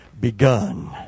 begun